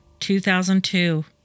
2002